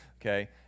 okay